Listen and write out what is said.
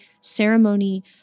ceremony